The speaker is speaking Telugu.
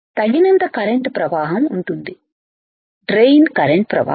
తగినంత కరెంటు ప్రవాహం ఉంటుంది డ్రైన్ కరెంటు ప్రవాహం